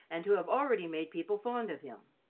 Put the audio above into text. and to have already made people fond of him